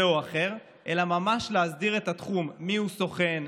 או אחר אלא ממש להסדיר את התחום: מיהו סוכן,